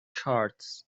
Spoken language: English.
charts